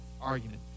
argument